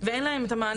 ואין להם את המענה.